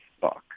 book